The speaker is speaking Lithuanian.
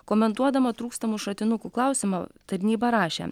komentuodama trūkstamų šratinukų klausimą tarnyba rašė